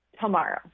tomorrow